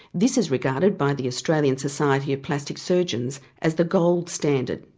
this is regarded by the australian society of plastic surgeons as the gold standard.